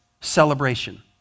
Celebration